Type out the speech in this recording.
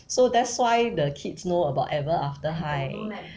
so that's why the kids know about Ever After High